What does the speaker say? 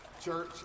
church